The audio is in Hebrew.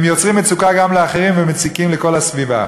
הם יוצרים מצוקה גם לאחרים ומציקים לכל הסביבה.